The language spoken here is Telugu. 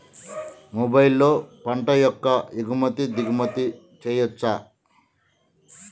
మొబైల్లో పంట యొక్క ఎగుమతి దిగుమతి చెయ్యచ్చా?